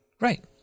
Right